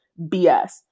BS